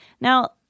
Now